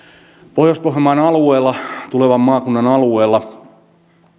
pohjois pohjanmaan alueella tulevan maakunnan alueella